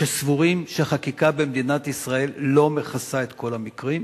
שסבורים שהחקיקה במדינת ישראל לא מכסה את כל המקרים.